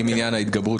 עם עניין ההתגברות.